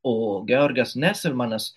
o georgas neselmanas